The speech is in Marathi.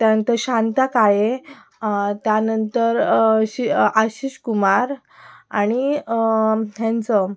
त्यानंतर शांता काळे त्यानंतर शी आशिष कुमार आणि ह्यांचं